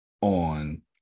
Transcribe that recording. on